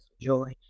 joy